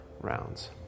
rounds